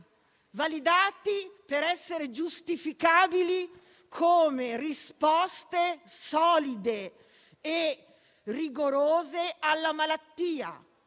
validati tali da essere giustificabili come risposte solide e rigorose alla malattia,